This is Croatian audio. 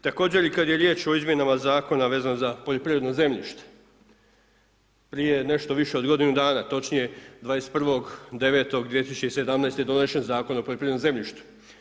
Također kada je riječ o izmjenama zakona, vezano za poljoprivredno zemljište, primjer je nešto više od godinu dana točnije 21.9.2017. donesen zakon o poljoprivrednom zemljištu.